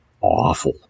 awful